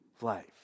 life